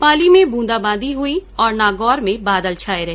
पाली में ब्रंदा बांदी हुई और नागौर में बादल छाए रहे